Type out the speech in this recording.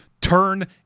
turn